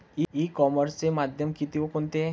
E कॉमर्सचे माध्यम किती व कोणते?